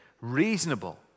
reasonable